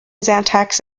syntax